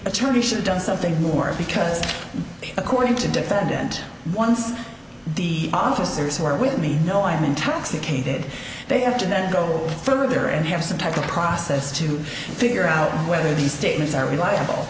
attorney should done something more because according to defendant once the officers who are with me know i am intoxicated they have to go further and have some type of process to figure out whether these statements are reliable